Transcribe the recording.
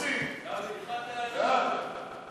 ההצעה להעביר את הצעת חוק העונשין (תיקון מס' 129),